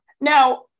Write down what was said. Now